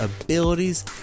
abilities